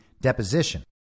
deposition